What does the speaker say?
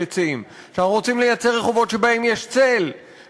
כשאנחנו רוצים לייצר רחובות שבהם יש עצים,